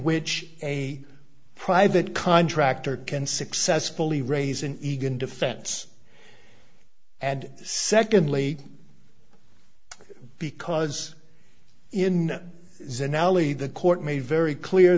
which a private contractor can successfully raise an egon defense and secondly because in zen alley the court made very clear